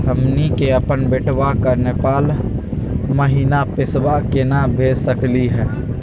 हमनी के अपन बेटवा क नेपाल महिना पैसवा केना भेज सकली हे?